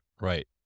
Right